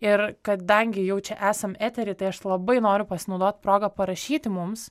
ir kadangi jau čia esam etery tai aš labai noriu pasinaudot proga parašyti mums